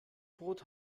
brot